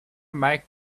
mike